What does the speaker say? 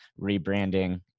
rebranding